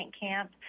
camp